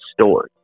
stored